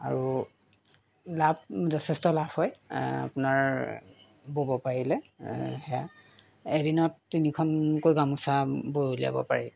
আৰু লাভ যথেষ্ট লাভ হয় আপোনাৰ বব পাৰিলে সেয়া এদিনত তিনিখনকৈ গামোচা বৈ উলিয়াব পাৰি